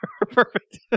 perfect